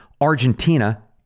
Argentina